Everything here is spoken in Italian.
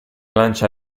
lancia